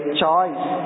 choice